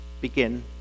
begin